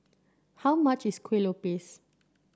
how much is Kue Lupis